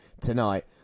tonight